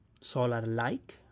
solar-like